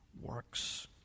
works